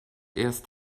erst